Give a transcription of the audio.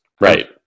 Right